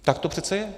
Tak to přece je.